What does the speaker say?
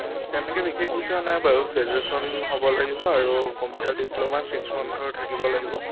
তেনেকৈ বিশেষ বিচৰা নাই বাৰু গ্ৰেজুৱেশ্যন হ'ব লাগিব আৰু কম্পিউটাৰ ডিপ্লমা ছিক্স মান্থৰ থাকিব লাগিব